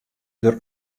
der